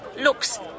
looks